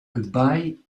goodbye